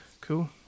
cool